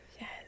Yes